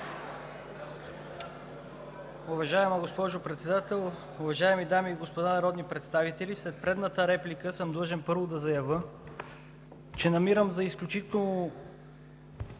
Уважаема госпожо Председател, уважаеми дами и господа народни представители! След предната реплика съм длъжен първо да заявя, че намирам за изключително